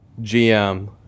GM